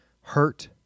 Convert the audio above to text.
hurt